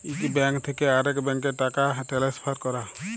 ইক ব্যাংক থ্যাকে আরেক ব্যাংকে টাকা টেলেসফার ক্যরা